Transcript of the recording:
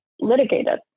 litigated